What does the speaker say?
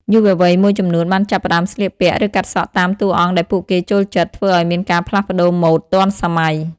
យុវវ័យមួយចំនួនបានចាប់ផ្តើមស្លៀកពាក់ ឬកាត់សក់តាមតួអង្គដែលពួកគេចូលចិត្តធ្វើឲ្យមានការផ្លាស់ប្តូរម៉ូដទាន់សម័យ។